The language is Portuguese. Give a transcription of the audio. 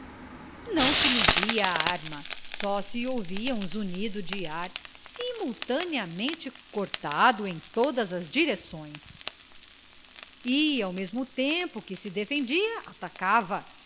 não se lhe via a arma só se ouvia um zunido do ar simultaneamente cortado em todas as direções e ao mesmo tempo que se defendia atacava